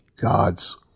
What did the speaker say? God's